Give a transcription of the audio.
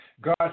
God